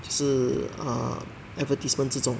是 err advertisement 这种